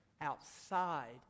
outside